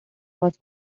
was